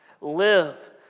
live